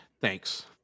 Thanks